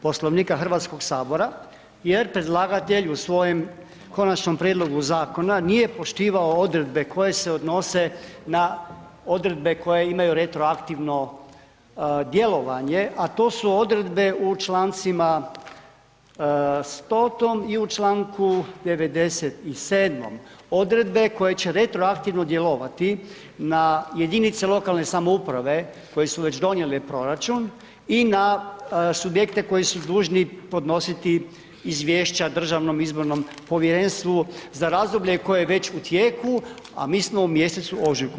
Poslovnika Hrvatskog sabora jer predlagatelj u svojem konačnom prijedlogu zakona nije poštivao odredbe koje se odnose na odredbe koje imaju retroaktivno djelovanje a to su odredbe u člancima 100. i u članku 97., odredbe koje će retroaktivno djelovati na jedinice lokalne samouprave koje su već donijele proračun i na subjekte koji su dužni podnositi izvješća DIP-u za razdoblje koje je već u tijeku a mi smo u mjesecu ožujku.